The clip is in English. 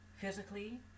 physically